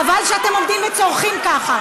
חבל שאתם עומדים וצורחים ככה.